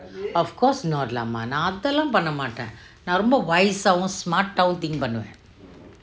of course not lah mah நா அதெல்லாம் பன்ன மாட்டேன் நா ரொம்ப:naa athellam panna maathen naa romba wise ஆவும்:aavum smart ஆவும்:aavum think பண்ணுவேன்:pannuven